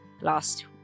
last